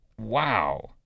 Wow